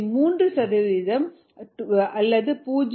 3 சதவிகிதம் 0